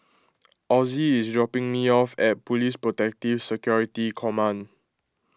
Ozzie is dropping me off at Police Protective Security Command